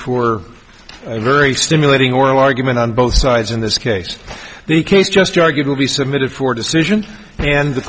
for a very stimulating oral argument on both sides in this case the case just argued will be submitted for decision and the